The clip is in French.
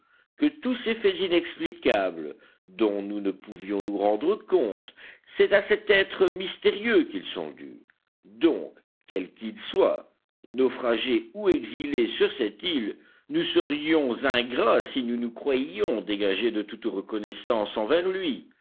que tout ces faits inexplicables dont nous ne pouvions nous rendre compte c'est à cet être mystérieux qu'ils sont dus donc quel qu'il soit naufragé ou exilé sur cette île nous serions ingrats si nous nous croyions dégagés de toute reconnaissance envers lui